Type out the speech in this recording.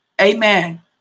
amen